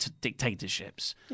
dictatorships